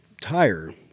tire